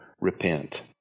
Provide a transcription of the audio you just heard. repent